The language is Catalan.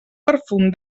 perfum